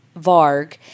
Varg